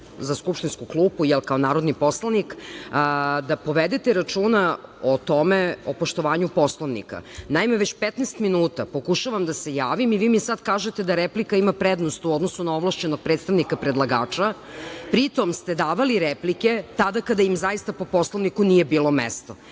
za skupštinsku klupu, ja kao narodni poslanik da povedete računa o tome, o poštovanju Poslovnika. Naime, već 15 minuta pokušavam da se javim i vi mi sada kažete da replika ima prednost u odnosu na ovlašćenog predstavnika predlagača, a pritom ste davali replike, tada kada im zaista po Poslovniku nije bilo mesto.